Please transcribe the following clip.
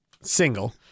single